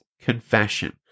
confession